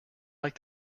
like